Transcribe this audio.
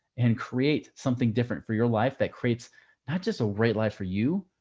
and create something different for your life. that creates not just a rate life for you,